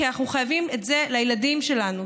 כי אנחנו חייבים את זה לילדים שלנו.